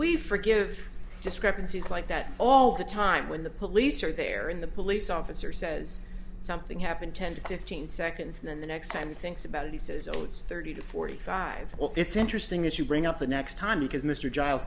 we forgive discrepancy it's like that all the time when the police are there in the police officer says something happened ten to fifteen seconds and then the next time thinks about it he says oh it's thirty to forty five it's interesting that you bring up the next time because mr